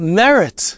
merit